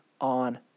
on